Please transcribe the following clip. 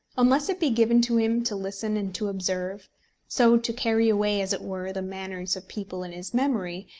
unless it be given to him to listen and to observe so to carry away, as it were, the manners of people in his memory,